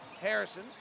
Harrison